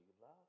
love